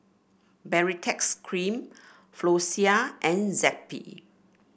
Baritex Cream Floxia and Zappy